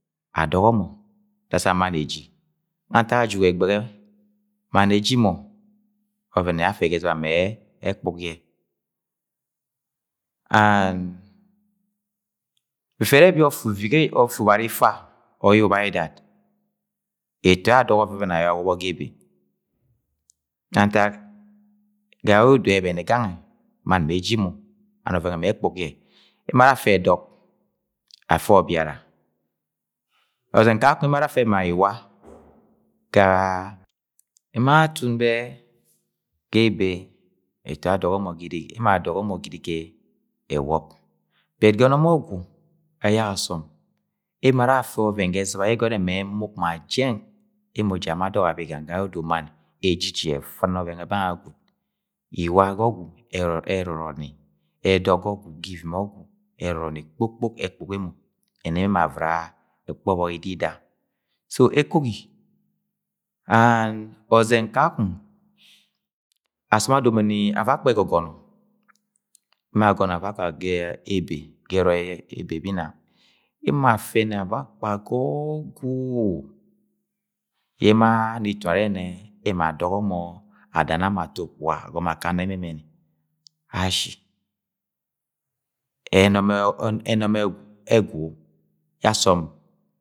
Adọgọ mọ dasam mann eji ga ntak ajuk ẹgbẹghẹ mann eji mo ọvẹn yẹ afẹ ga ẹzɨba mẹ ẹkpuk yẹ, am before ẹrẹ ẹbi ofe ubari Ifa ọr yẹ ubaidad eto yẹ adọgọ ọvẹvẹn ayọ awọbọ ga ebe ga ntak gayẹ odo ẹbẹnẹ gangẹ mann me eji mọ and ọvẹn nwe me ekpuk ye; emo ara afe ẹdọg afẹ õbiara ọzạng kakọng emo ara afẹ ma Iwa ga a emo atun bẹ ga ebe eto ye adọgọ mo girige emo adọgọ mọ girige ẹwọb bẹt ga enom ọgwu asom ara afe ọvan ga ezɨba yẹ ẹgọnọ ẹrẹ ma emug majeng emo jamo adọgọ abig ange gayẹ odo mann ẹrẹ ejiji efɨn ọvẹn nwẹ bangẹ gwud Iwa ga ogwu ẹrọrọni, edog ga ogwu ga ogwu ga Ivim ogwu ẹrọrọni kpokpok ẹkpuk emo ẹna emo avɨra ẹkpa ọbọk Idida so ekogi and ọzạng kakọng asọm adomon. avakpa ẹgọgọnọ, emo agono avakpa ga ebe ga ẹrọi ebe bẹ Inang emo afe ni avakpa ga ọgwu yẹ emo ano Itune arẹ emo ma adọmọ akana emo ẹmẹni ashi ẹnọm egwu yẹ asọm.